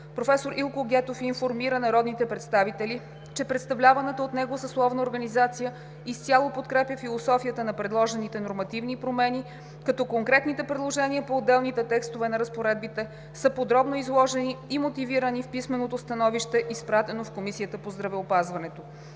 професор Илко Гетов информира народните представители, че представляваната от него съсловна организация изцяло подкрепя философията на предложените нормативни промени, като конкретните предложения по отделните текстове на разпоредбите са подробно изложени и мотивирани в писменото становище, изпратено в Комисията по здравеопазването.